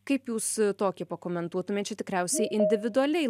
kaip jūs tokį pakomentuotumėt čia tikriausiai individualiai